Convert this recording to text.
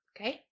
Okay